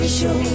show